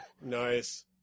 Nice